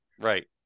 Right